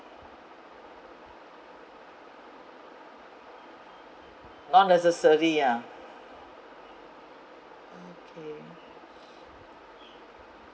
non necessary ah okay